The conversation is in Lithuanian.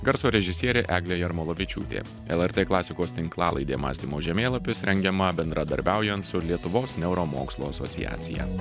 garso režisierė eglė jarmolavičiūtė lrt klasikos tinklalaidė mąstymo žemėlapis rengiama bendradarbiaujant su lietuvos neuromokslų asociacija